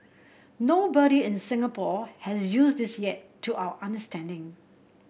nobody in Singapore has used this yet to our understanding